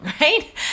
right